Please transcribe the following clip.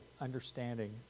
understanding